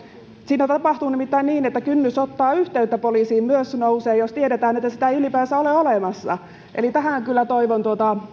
siinä tapahtuu nimittäin niin että myös kynnys ottaa yhteyttä poliisiin nousee jos tiedetään että sitä ei ylipäänsä ole olemassa eli tähän kyllä toivon